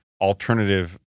alternative